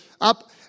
up